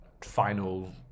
final